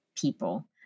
people